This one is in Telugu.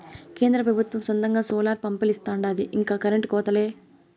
కేంద్ర పెబుత్వం సొంతంగా సోలార్ పంపిలిస్తాండాది ఇక కరెంటు కోతలే